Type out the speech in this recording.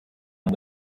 and